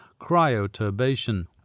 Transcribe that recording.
cryoturbation